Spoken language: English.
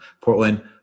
Portland –